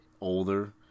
older